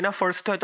first